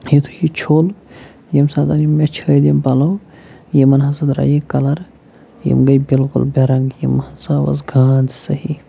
یِتھُے یہِ چھوٚل ییٚمہِ ساتَن یِم مےٚ چھٔلۍ یِم پَلو یِمَن ہسا درٛایہِ یِم کَلر یِم گٔے بِلکُل بےٚ رَنٛگہٕ یِمن ہسا ؤژھ گانٛد صحیح